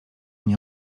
nie